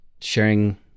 sharing